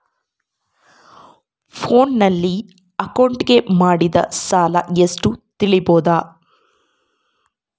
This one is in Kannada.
ಫೋನಿನಲ್ಲಿ ಅಕೌಂಟಿಗೆ ಮಾಡಿದ ಸಾಲ ಎಷ್ಟು ತಿಳೇಬೋದ?